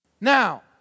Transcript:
Now